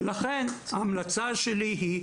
ולכן ההמלצה שלי היא,